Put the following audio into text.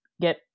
get